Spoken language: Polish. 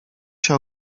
się